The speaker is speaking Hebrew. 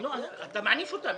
אתה מעניש אותם.